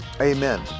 Amen